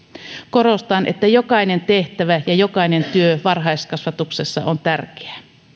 korostan että jokainen tehtävä ja jokainen työ varhaiskasvatuksessa on tärkeä